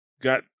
got